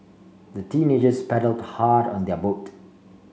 the teenagers paddled hard on their boat